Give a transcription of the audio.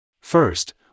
First